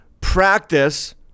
practice